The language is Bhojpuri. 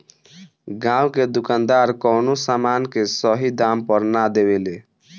गांव के दुकानदार कवनो समान के सही दाम पर ना देवे ले